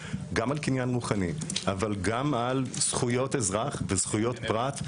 גם על קניין רוחני אבל גם על זכויות אזרח וזכויות פרט,